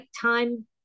time